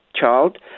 child